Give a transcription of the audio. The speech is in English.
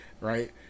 Right